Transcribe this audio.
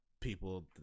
people